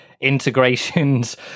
integrations